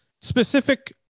specific